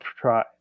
try